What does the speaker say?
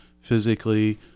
physically